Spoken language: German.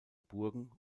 burgen